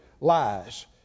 lies